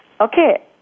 Okay